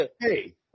Hey